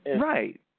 Right